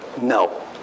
no